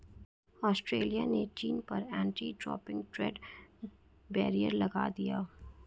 Australia ने चीन पर एंटी डंपिंग ट्रेड बैरियर लगा दिया